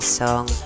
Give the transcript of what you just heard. song